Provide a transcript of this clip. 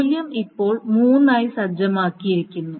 മൂല്യം ഇപ്പോൾ 3 ആയി സജ്ജമാക്കിയിരിക്കുന്നു